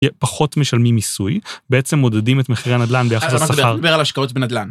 יהיה פחות משלמים מיסוי, בעצם מודדים את מחירי הנדלן ביחס לסחר. אז מה אתה מדבר על השקעות בנדלן?